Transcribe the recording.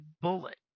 bullet